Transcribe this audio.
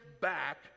back